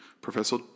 Professor